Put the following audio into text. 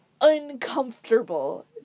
uncomfortable